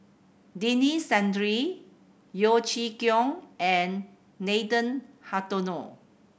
Denis Santry Yeo Chee Kiong and Nathan Hartono